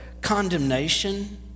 condemnation